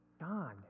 Don